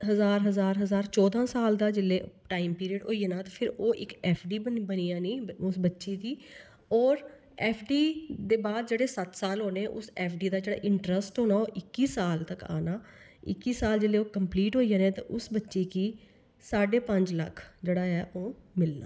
हजार हजार हजार चौदां साल दा जेल्लै टाइम पीरियड होई जाना ते फिर ओह् इक एफ डी बनी जानी उस बच्ची दी होर एफ डी दे बाद जेह्ड़े सत्त साल होने उस एफ डी दा जेह्ड़ा इंटरेस्ट होना ओह् इक्की साल तक आना इक्की साल जेल्लै ओह् कम्पलीट होई जाने ते उस बच्चे गी साड्ढे पंज लक्ख जेह्ड़ा ऐ ओह् मिलना